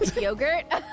Yogurt